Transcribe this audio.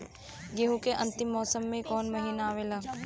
गेहूँ के अंतिम मौसम में कऊन महिना आवेला?